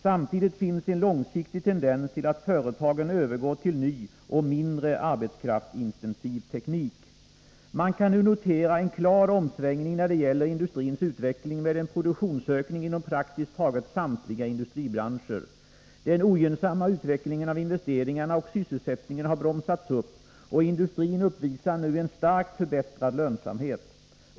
Samtidigt finns en långsiktig tendens till att företagen övergår till ny och mindre arbetskraftsintensiv teknik. Man kan nu notera en klar omsvängning när det gäller industrins utveckling, med en produktionsökning inom praktiskt taget samtliga industribranscher. Den ogynnsamma utvecklingen av investeringarna och sysselsättningen har bromsats upp, och industrin uppvisar nu en starkt förbättrad lönsamhet.